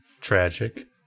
Tragic